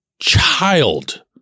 child